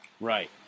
Right